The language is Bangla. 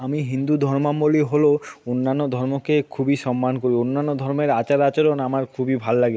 আমি হিন্দু ধর্মাবলম্বী হলেও অন্যান্য ধর্মকে খুবই সম্মান করি অন্যান্য ধর্মের আচার আচরণ আমার খুবই ভাল লাগে